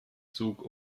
zug